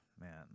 man